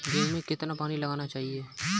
गेहूँ में कितना पानी लगाना चाहिए?